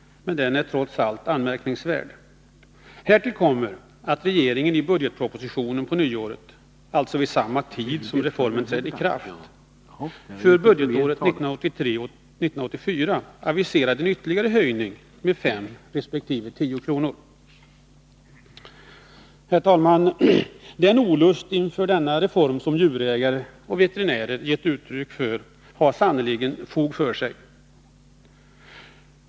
Den är trots allt anmärkningsvärd. Härtill kommer att regeringen i budgetpropositionen på nyåret, alltså vid den tid då reformen trädde i kraft, för budgetåret 1983/84 aviserade en ytterligare höjning med 5 resp. 10 kr. Herr talman! Den olust inför denna reform som djurägare och veterinärer gett uttryck för, har sannerligen fog för sig.